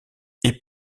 est